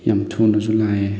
ꯌꯥꯝ ꯊꯨꯅꯁꯨ ꯂꯥꯛꯑꯦ